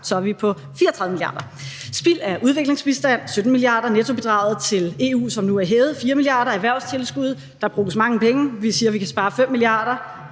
så er vi oppe på 34 mia. kr.; spild af udviklingsbistand: 17 mia. kr.; nettobidraget til EU, som nu er hævet: 4 mia. kr.; erhvervstilskud, hvor der bruges mange penge, og vi siger, vi kan spare 5 mia.